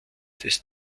des